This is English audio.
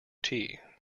tee